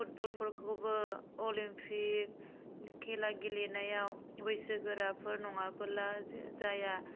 फुटबलफोरखौबो Olympic खेला गेलेनायाव बैसो गोराफोर नङाबोला जा जाया